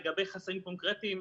לגבי חסמים קונקרטיים,